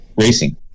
racing